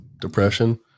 Depression